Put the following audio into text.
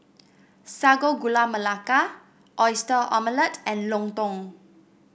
Sago Gula Melaka Oyster Omelette and lontong